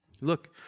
Look